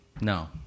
No